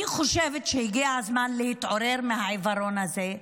אני חושבת שהגיע הזמן להתעורר מהעיוורון הזה,